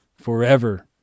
forever